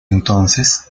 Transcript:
entonces